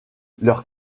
leur